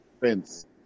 fence